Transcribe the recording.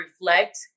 reflect